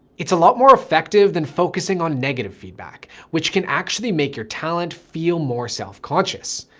it's a lot more effective than focusing on negative feedback, which can actually make your talent feel more self conscious,